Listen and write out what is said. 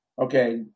Okay